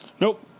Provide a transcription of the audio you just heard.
Nope